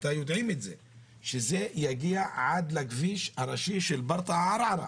זה יגיע עד הכביש הראשי של ברטעה-ערערה,